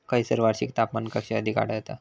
खैयसर वार्षिक तापमान कक्षा अधिक आढळता?